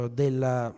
della